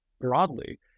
broadly